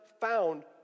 found